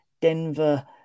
Denver